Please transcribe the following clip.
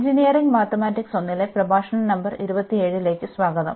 engineering mathematics 1ലെ പ്രഭാഷണ number 27ലേക്ക് സ്വാഗതം